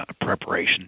preparation